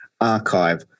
archive